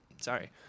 Sorry